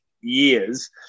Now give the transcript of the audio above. years